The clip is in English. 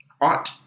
art